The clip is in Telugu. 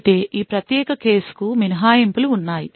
అయితే ఈ ప్రత్యేక కేసుకు మినహాయింపులు ఉన్నాయి